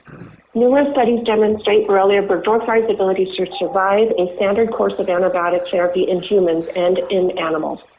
numerous studies demonstrate borrelia burgdorferi ability to survive a standard course of antibiotic therapy in humans and in animals.